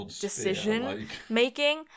decision-making